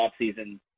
offseason